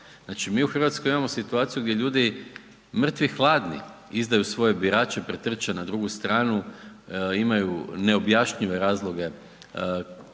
Znači mi u Hrvatskoj imamo situaciju gdje ljudi mrtvi hladni izdaju svoje birače, pretrče na drugu stranu, imaju neobjašnjive razloge